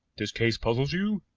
this case puzzles you?